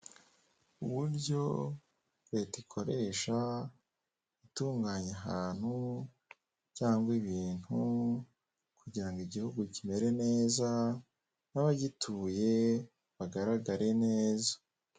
Uburyo Leta ikoresha itunganya ahantu cyangwa ibintu kugira ngo igihugu kimere neza n'abagituye bagaragare neza.